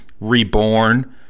reborn